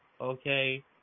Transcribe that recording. Okay